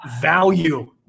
value